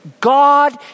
God